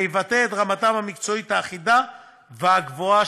יוודא את רמתם המקצועית האחידה והגבוהה